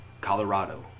Colorado